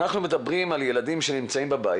אנחנו מדברים על ילדים שנמצאים בבית